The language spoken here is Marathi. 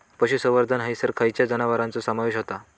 पशुसंवर्धन हैसर खैयच्या जनावरांचो समावेश व्हता?